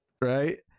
Right